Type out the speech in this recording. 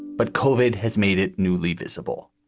but covid has made it newly visible